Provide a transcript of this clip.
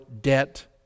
debt